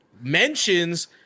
mentions